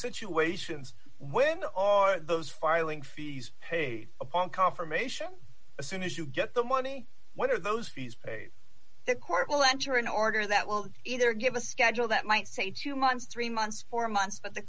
situations where are those filing fees paid upon confirmation as soon as you get the money what are those fees paid the court will enter in order that will either give us a schedule that might say two months three months four months but the